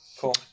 Cool